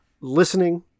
listening